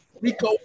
Rico